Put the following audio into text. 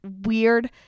weird